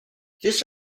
this